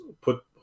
put